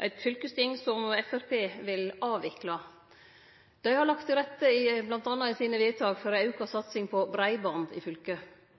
er eit fylkesting som Framstegspartiet vil avvikle. Dei har i sine vedtak bl.a. lagt til rette for ei auka satsing på breiband i fylket. Dei legg til rette for auka satsing på samferdsle. Dei har i